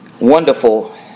wonderful